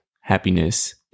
happiness